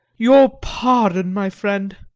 your pardon, my friend,